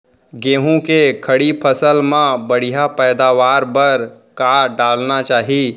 गेहूँ के खड़ी फसल मा बढ़िया पैदावार बर का डालना चाही?